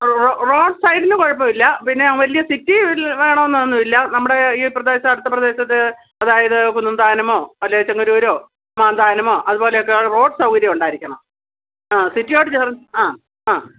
ആ റോ റോഡ്സൈഡിന് കുഴപ്പമില്ല പിന്നെ വലിയ സിറ്റി വേണമെന്നൊന്നുമില്ല നമ്മുടെ ഈ പ്രദേശ അടുത്ത പ്രദേശത്ത് അതായത് കുന്നന്താനമോ അല്ലെങ്കിൽ ചെങ്ങന്നൂരോ മാന്താനമോ അതുപോലെ ഒക്കെ റോഡ് സൗകര്യം ഉണ്ടായിരിക്കണം ആ സിറ്റിയോട് ചേർന്ന് ആ ആ